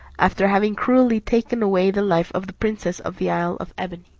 after having cruelly taken away the life of the princess of the isle of ebene.